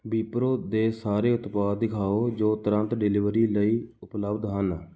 ਵਿਪਰੋ ਦੇ ਸਾਰੇ ਉਤਪਾਦ ਦਿਖਾਓ ਜੋ ਤੁਰੰਤ ਡਿਲੀਵਰੀ ਲਈ ਉਪਲੱਬਧ ਹਨ